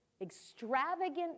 extravagant